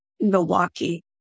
Milwaukee